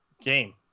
game